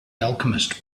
alchemist